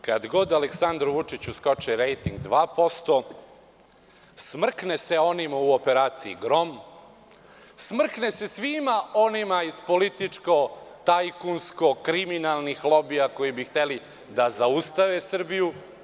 Kad god Aleksandru Vučiću skoči rejting za 2% smrkne se onima u operaciji Grom, smrkne se svima onima koji iz političko, tajkunsko, kriminalnih lobija koji bi hteli da zaustave Srbiju.